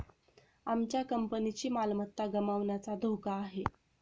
आमच्या कंपनीची मालमत्ता गमावण्याचा धोका आहे